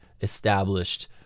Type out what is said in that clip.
established